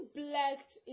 blessed